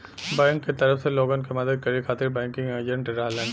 bank क तरफ से लोगन क मदद करे खातिर बैंकिंग एजेंट रहलन